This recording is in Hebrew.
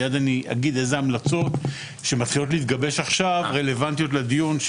מייד אני אגיד איזה המלצות שמתחילות להתגבש עכשיו רלוונטיות לדיון,